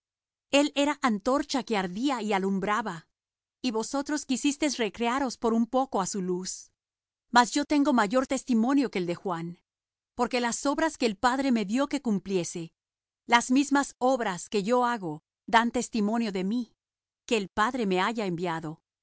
el era antorcha que ardía y alumbraba y vosotros quisisteis recrearos por un poco á su luz mas yo tengo mayor testimonio que el de juan porque las obras que el padre me dió que cumpliese las mismas obras que yo hago dan testimonio de mí que el padre me haya enviado